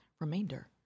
Remainder